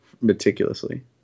meticulously